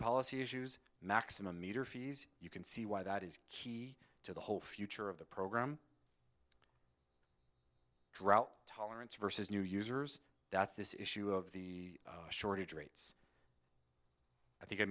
policy issues maximum meter fees you can see why that is key to the whole future of the program drought tolerance versus new users that this issue of the shortage rates i think i